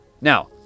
Now